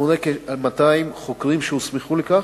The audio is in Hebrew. המונה כ-200 חוקרים שהוסמכו לכך,